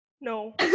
No